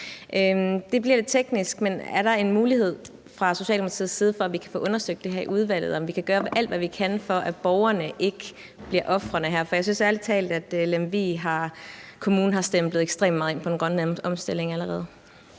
Det bliver lidt teknisk, men er der en mulighed fra Socialdemokratiets side for, at vi kan få undersøgt det her i udvalget, altså om vi kan gøre alt, hvad vi kan, for at borgerne ikke bliver ofrene her? For jeg synes ærlig talt, at Lemvig Kommune har stemplet ekstremt meget ind på den grønne omstilling allerede.